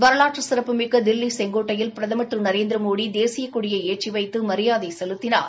வரலாற்று சிறப்புமிக்க தில்லி செங்கோட்டையில் பிரதம்் திரு நரேந்திரமோடி தேசியக் கொடியை ஏற்றி வைத்து மரியாதை செலுத்தினார்